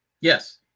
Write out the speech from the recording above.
Yes